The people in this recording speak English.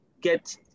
get